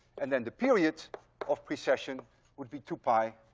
and then the period of precession would be two pi